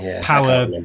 power